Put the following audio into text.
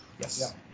Yes